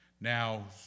Now